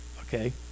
okay